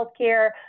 healthcare